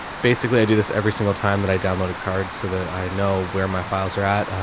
basically, i do this every single time that i downloaded cards so that i know where my files are at. ah,